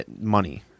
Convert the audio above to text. Money